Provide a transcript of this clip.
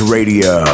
Radio